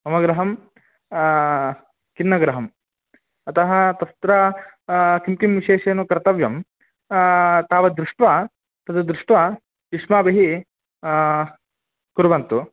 मम गृहं किन्नगृहम् अतः तत्र किं किं विशेषेण कर्तव्यं तावद् दृष्ट्वा तद् दृष्ट्वा युष्माभिः कुर्वन्तु